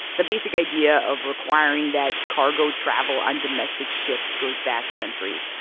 the basic idea of requiring that cargo travel on domestic ships goes back centuries.